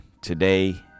Today